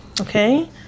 Okay